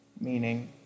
meaning